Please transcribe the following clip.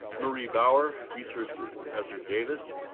marie bauer, research with professor davis.